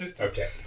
Okay